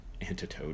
antidote